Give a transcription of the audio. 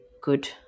good